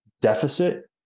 deficit